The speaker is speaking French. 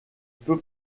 peu